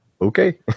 okay